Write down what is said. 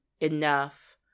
enough